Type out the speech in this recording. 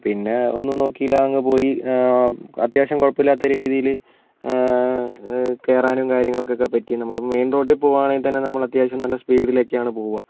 പിന്നെ ഒന്നും നോക്കില്ല അങ്ങ് പോയി അത്യാവശ്യം കുഴപ്പമില്ലാത്ത രീതിയിൽ കയറാനും കാര്യങ്ങൾക്കൊക്കെ പറ്റി നമ്മൾ മെയിൻ റോട്ടിൽ പോകണെങ്കിത്തന്നെ നമ്മൾ അത്യാവശ്യം നല്ല സ്പീഡിലൊക്കെയാണ് പോവുക